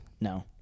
No